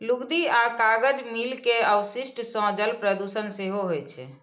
लुगदी आ कागज मिल के अवशिष्ट सं जल प्रदूषण सेहो होइ छै